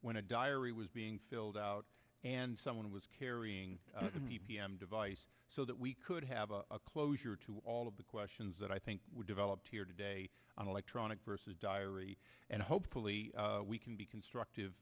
when a diary was being filled out and someone was carrying a device so that we could have a closure to all of the questions that i think were developed here today on electronic versus diary and hopefully we can be constructive